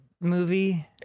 movie